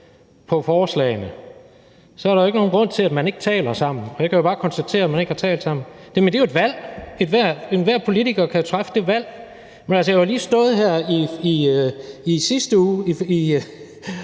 på forslagene, er der jo ikke nogen grund til, at man ikke taler sammen. Og jeg kan jo bare konstatere, at man ikke har talt sammen. Men det er jo et valg. Enhver politiker kan jo træffe det valg. Men altså, jeg har lige stået her i sidste uge og